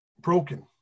broken